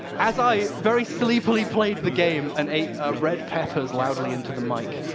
as i very sleepily played the game, and ate red peppers loudly into the mic.